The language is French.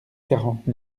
quarante